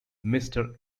mister